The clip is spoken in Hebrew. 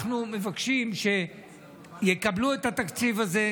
אנחנו מבקשים שיקבלו את התקציב הזה.